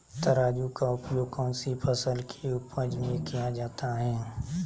तराजू का उपयोग कौन सी फसल के उपज में किया जाता है?